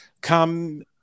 come